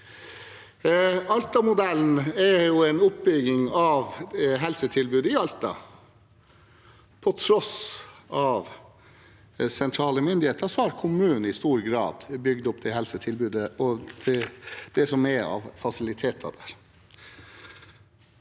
Alta-modellen er oppbygging av helsetilbudet i Alta. På tross av sentrale myndigheter har kommunen i stor grad bygd opp helsetilbudet og det som er av fasiliteter der.